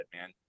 man